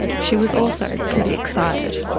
she was also pretty excited.